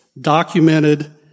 documented